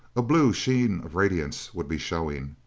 a blue sheen of radiance would be showing.